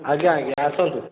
ଆଜ୍ଞା ଆଜ୍ଞା ଆସନ୍ତୁ